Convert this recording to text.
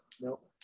nope